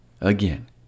Again